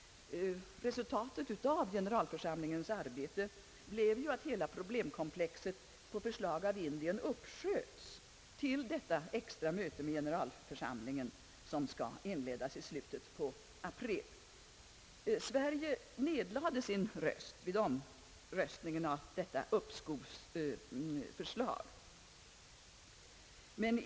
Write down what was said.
Resultatet av generalförsamlingens arbete blev ju att hela problemkomplexet på förslag av Indien uppsköts till det extra möte med generalförsamlingen, som skall inledas i slutet av april. Sverige nedlade sin röst vid omröstningen om detta uppskovsförslag.